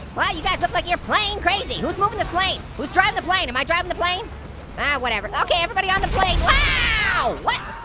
well you guys look like you're playing crazy. who's moving this plane? who's driving the plane, am i driving the plane? oh whatever, okay everybody on the plane what?